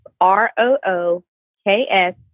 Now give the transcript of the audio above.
R-O-O-K-S